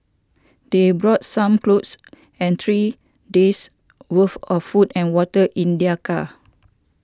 they brought some clothes and three days' worth of food and water in their car